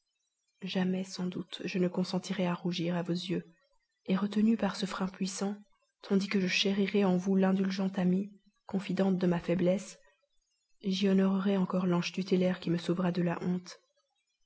jamais sans doute je ne consentirai à rougir à vos yeux et retenue par ce frein puissant tandis que je chérirai en vous l'indulgente amie confidente de ma faiblesse j'y honorerai encore l'ange tutélaire qui me sauvera de la honte